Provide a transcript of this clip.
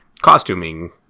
costuming